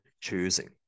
choosing